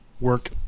work